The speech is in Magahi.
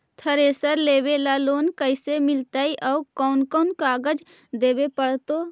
थरेसर लेबे ल लोन कैसे मिलतइ और कोन कोन कागज देबे पड़तै?